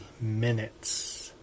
minutes